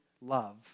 love